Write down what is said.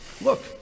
Look